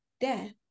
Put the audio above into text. death